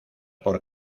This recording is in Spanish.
por